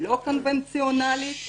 לא קונבנציונלית,